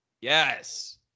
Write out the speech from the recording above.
Yes